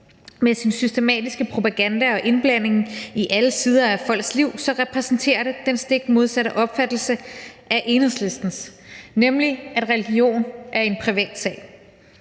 Med sin systematiske propaganda og indblanding i alle sider af folks liv repræsenterer det den stik modsatte opfattelse af Enhedslistens, nemlig at religion er en privatsag.